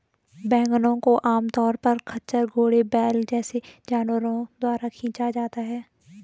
वैगनों को आमतौर पर खच्चर, घोड़े, बैल जैसे जानवरों द्वारा खींचा जाता है